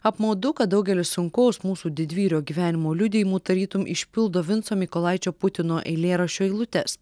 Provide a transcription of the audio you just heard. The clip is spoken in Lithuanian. apmaudu kad daugelis sunkaus mūsų didvyrių gyvenimo liudijimų tarytum išpildo vinco mykolaičio putino eilėraščio eilutes